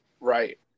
Right